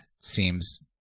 seems